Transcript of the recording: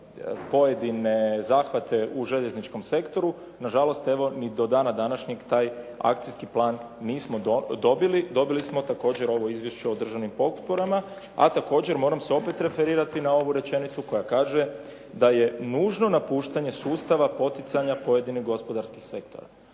pojedine zahvate u željezničkom sektoru. Na žalost, evo ni do dana današnjeg taj akcijski plan nismo dobili. Dobili smo također ovo izvješće o državnim potporama, a također moram se opet referirati na ovu rečenicu koja kaže da je nužno napuštanje sustava poticanja pojedinih gospodarskih sektora.